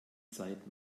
zeit